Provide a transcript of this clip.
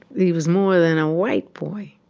he was more than a white boy.